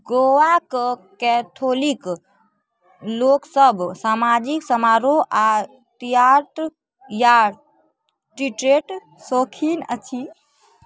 गोवा कऽ कैथोलिक लोकसब सामाजिक समारोह आ तियात्र या टीट्रेट सौखीन अछि